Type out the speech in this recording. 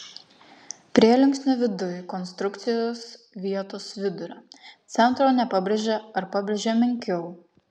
prielinksnio viduj konstrukcijos vietos vidurio centro nepabrėžia ar pabrėžia menkiau